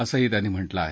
असंही त्यांनी म्हटलं आहे